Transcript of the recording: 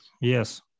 Yes